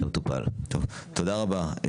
תודה רבה.